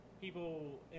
people